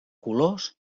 colors